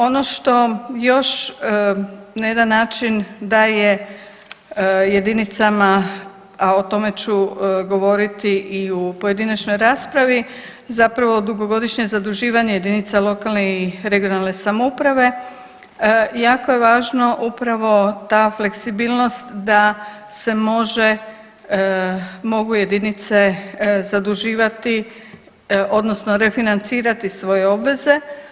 Ono što još na jedan način daje jedinicama, a o tome ću govoriti i u pojedinačnoj raspravi, zapravo dugogodišnje zaduživanje jedinica lokalne i regionalne samouprave jako je važno upravo ta fleksibilnost da se mogu jedinice zaduživati odnosno refinancirati svoje obveze.